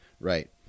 Right